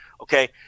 Okay